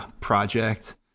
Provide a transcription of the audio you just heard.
project